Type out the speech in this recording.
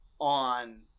On